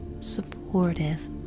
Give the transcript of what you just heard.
supportive